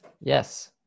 Yes